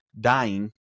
dying